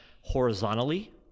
horizontally